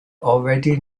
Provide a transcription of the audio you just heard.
already